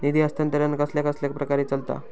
निधी हस्तांतरण कसल्या कसल्या प्रकारे चलता?